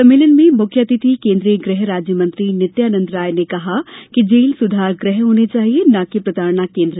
सम्मेलन में मुख्य अतिथि केन्द्रीय गृह राज्य मंत्री नित्यानंद राय ने कहा कि जेल सुधार गृह होने चाहिए ना कि प्रताड़ना केन्द्र